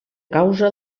causa